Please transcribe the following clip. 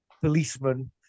policeman